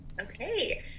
Okay